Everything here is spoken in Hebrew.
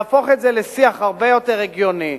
להפוך את זה לשיח הרבה יותר הגיוני,